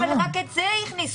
אבל רק את זה הכניסו.